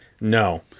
no